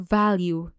value